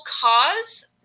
cause